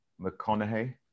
McConaughey